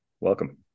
Welcome